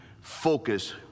focus